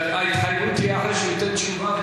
ההתחייבות היא שהוא ייתן תשובה,